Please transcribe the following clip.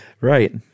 Right